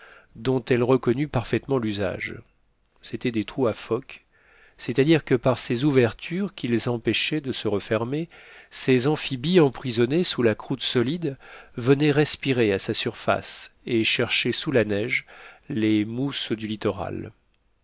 dont elle reconnut parfaitement l'usage c'étaient des trous à phoques c'est-à-dire que par ces ouvertures qu'ils empêchaient de se refermer ces amphibies emprisonnés sous la croûte solide venaient respirer à sa surface et chercher sous la neige les mousses du littoral